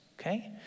Okay